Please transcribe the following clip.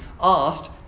asked